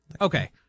Okay